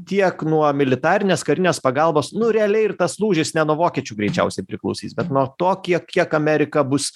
tiek nuo militarinės karinės pagalbos nu realiai ir tas lūžis ne nuo vokiečių greičiausiai priklausys bet nuo to kiek kiek amerika bus